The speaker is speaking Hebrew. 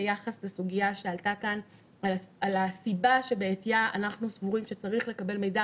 ביחס לסוגיה שעלתה כאן על הסיבה שבעטיה אנחנו סבורים שצריך לקבל מידע